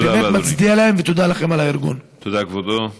תודה רבה, אדוני.